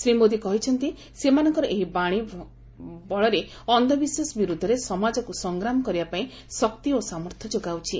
ଶ୍ରୀମୋଦି କହିଛନ୍ତି ସେମାନଙ୍କର ଏହି ବାଣୀ ଭକ୍ତି ବଳରେ ଅନ୍ଧବିଶ୍ୱାସ ବିରୁଦ୍ଧରେ ସମାଜକୁ ସଂଗ୍ରାମ କରିବା ପାଇଁ ଶକ୍ତି ଓ ସାମର୍ଥ୍ୟ ଯୋଗାଉଛି